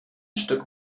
stück